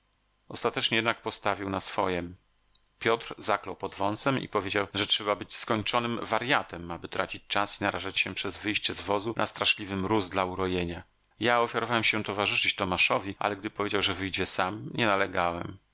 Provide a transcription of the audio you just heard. ostatecznie jednak postawił na swojem piotr zaklął pod wąsem i powiedział że trzeba być skończonym warjatem aby tracić czas i narażać się przez wyjście z wozu na straszliwy mróz dla urojenia ja ofiarowałem się towarzyszyć tomaszowi ale gdy powiedział że wyjdzie sam